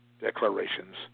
declarations